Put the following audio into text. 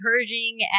encouraging